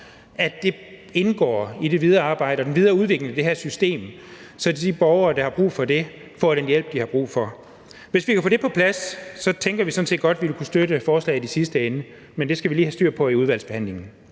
at det indgår i det videre arbejde og den videre udvikling af det her system, sådan at de borgere, der har brug for det, får den hjælp, de har brug for. Hvis vi kan få det på plads, tænker vi sådan set godt, at vi vil kunne støtte forslaget i sidste ende, men det skal vi lige have styr på i udvalgsbehandlingen.